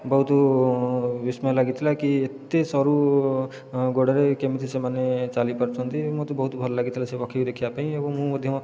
ବହୁତୁ ବିସ୍ମୟ ଲାଗିଥିଲା କି ଏତେ ସରୁ ଗୋଡ଼ରେ କେମିତି ସେମାନେ ଚାଲିପାରୁଛନ୍ତି ମତେ ବହୁତ ଭଲ ଲାଗିଥିଲା ସେ ପକ୍ଷୀକି ଦେଖିବାପାଇଁ ଏବଂ ମୁଁ ମଧ୍ୟ